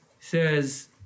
says